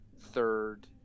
third